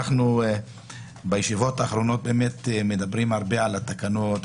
בישיבות האחרונות מדברים הרבה על התקנות,